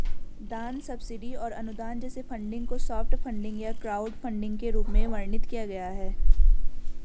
दान सब्सिडी और अनुदान जैसे फंडिंग को सॉफ्ट फंडिंग या क्राउडफंडिंग के रूप में वर्णित किया गया है